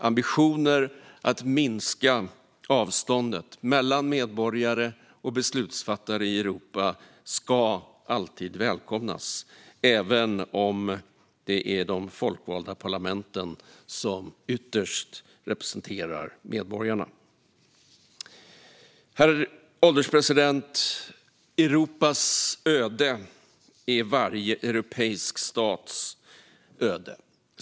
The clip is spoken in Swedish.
Ambitioner om att minska avståndet mellan medborgare och beslutsfattare i Europa ska alltid välkomnas, även om det är de folkvalda parlamenten som ytterst representerar medborgarna. Herr ålderspresident! Europas öde är varje europeisk stats öde.